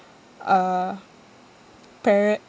uh pare~